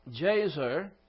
Jazer